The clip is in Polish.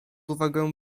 uwagę